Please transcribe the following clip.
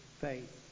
faith